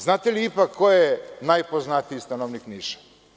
Znate li ipak ko je najpoznatiji stanovnik Niša?